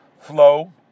flow